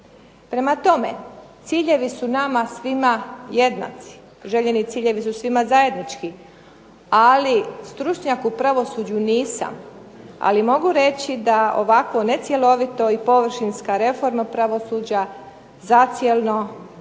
Prema tome, ciljevi su nama svima jednaki, željeni ciljevi su svima zajednički ali stručnjak u pravosuđu nisam ali mogu reći da ovakvo necjelovita i površinska reforma pravosuđa zacijelo na